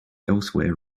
elsewhere